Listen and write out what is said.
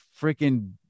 freaking